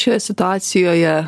šioje situacijoje